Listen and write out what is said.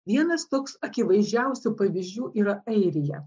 vienas toks akivaizdžiausių pavyzdžių yra airija